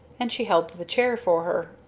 and she held the chair for her.